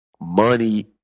money